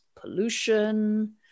pollution